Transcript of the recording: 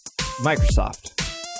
Microsoft